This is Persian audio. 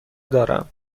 دارم